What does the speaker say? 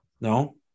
No